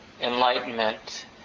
enlightenment